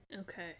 Okay